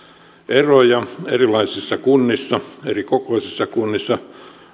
eroja erilaisissa kunnissa eri kokoisissa kunnissa